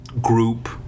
group